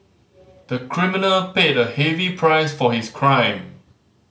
the criminal paid a heavy price for his crime